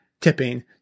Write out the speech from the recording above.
tipping